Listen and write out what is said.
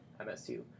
MSU